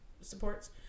supports